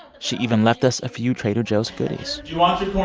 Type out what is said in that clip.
she even left us a few trader joe's goodies do you want